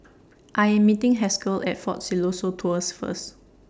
I Am meeting Haskell At Fort Siloso Tours First